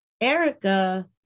Erica